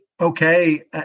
okay